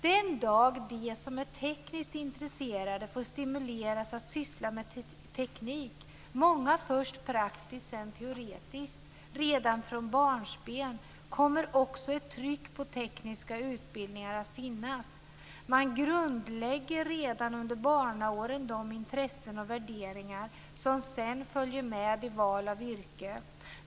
Den dagen vi som är tekniskt intresserade redan från barnsben får stimuleras att syssla med teknik - för många först praktiskt och sedan teoretiskt - kommer det också ett tryck på tekniska utbildningar att finnas. Redan under barnaåren grundläggs de intressen och värderingar som sedan följer med till valet av yrke.